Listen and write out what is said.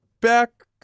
back